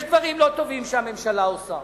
יש דברים לא טובים שהממשלה עושה,